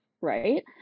right